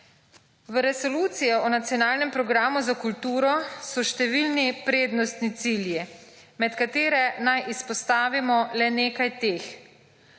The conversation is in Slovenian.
V Resoluciji o nacionalnem programu za kulturo so številni prednostni cilji, med katere naj izpostavimo le nekaj teh;